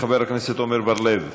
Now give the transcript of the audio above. חבר הכנסת עמר בר-לב,